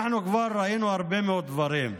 אנחנו כבר ראינו הרבה מאוד דברים,